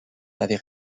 avait